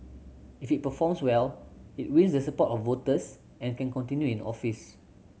if it performs well it wins the support of voters and can continue in office